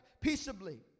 peaceably